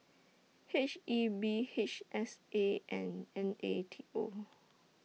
H E B H S A and N A T O